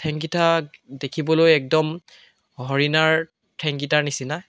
ঠেংকেইটা দেখিবলৈ একদম হৰিণাৰ ঠেংকেইটাৰ নিচিনা